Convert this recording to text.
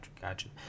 gotcha